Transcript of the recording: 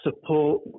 support